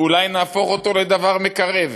אולי נהפוך אותו לדבר מקרב.